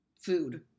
food